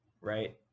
right